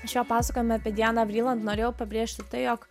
šio pasakojimo apie dianą vriland norėjau pabrėžti jog